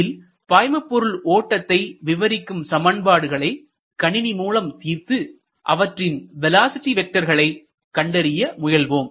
இதில் பாய்மபொருள் ஓட்டத்தை விவரிக்கும் சமன்பாடுகளை கணினி மூலம் தீர்த்து அவற்றின் வேலோஸிட்டி வெக்டர்களை கண்டறிய முயல்வோம்